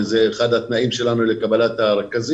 וזה אחד התנאים שלנו לקבלתם לעבודה,